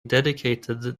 dedicated